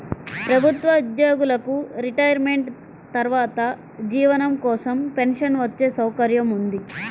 ప్రభుత్వ ఉద్యోగులకు రిటైర్మెంట్ తర్వాత జీవనం కోసం పెన్షన్ వచ్చే సౌకర్యం ఉంది